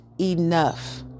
enough